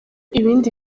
ibindi